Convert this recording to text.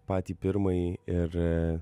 patį pirmąjį ir